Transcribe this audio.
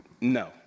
No